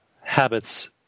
habits